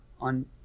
on